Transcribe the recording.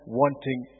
wanting